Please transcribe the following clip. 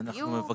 הדיור,